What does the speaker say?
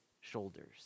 shoulders